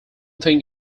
thing